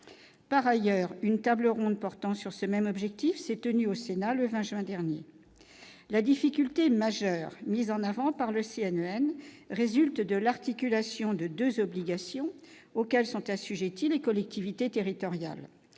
par ailleurs, une table ronde portant sur ce même objectif c'est tenu au Sénat le 20 juin dernier la difficulté majeure mise en avant par le CNN résulte de l'articulation de 2 obligations auxquelles sont assujetties les collectivités territoriales,